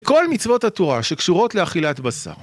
כל מצוות התורה שקשורות לאכילת בשר.